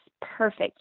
perfect